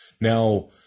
Now